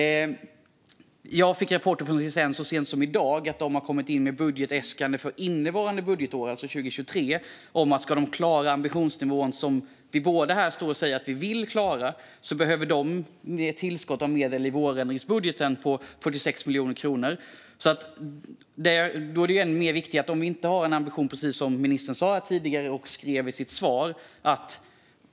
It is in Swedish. Jag har fått rapport från CSN så sent som i dag. CSN har inkommit med ett budgetäskande för innevarande budgetår, alltså 2023. För att de ska klara den ambitionsnivå som vi båda säger oss stå för behöver de tillskott av medel på 46 miljoner kronor i vårändringsbudgeten. Detta blir extra viktigt med tanke på den ambition som ministern talade om här tidigare och redovisade i sitt interpellationssvar.